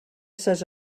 ses